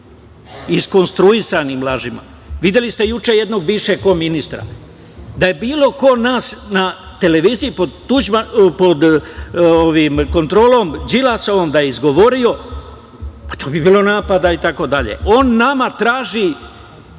iskonstruisanim lažima. Videli ste juče jednog bivšeg ministra. Da je bilo ko od nas na televiziji pod kontrolom Đilasovom da je izgovorio, pa to bi bilo napada itd. On nama traži